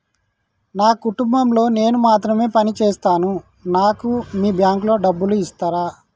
నా కుటుంబం లో నేను మాత్రమే పని చేస్తాను నాకు మీ బ్యాంకు లో డబ్బులు ఇస్తరా?